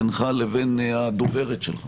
בינך לבין הדוברת שלך